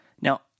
Now